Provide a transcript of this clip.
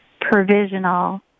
provisional